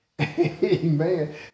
amen